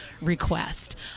request